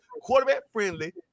quarterback-friendly